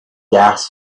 gas